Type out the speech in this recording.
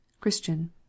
Christian